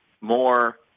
more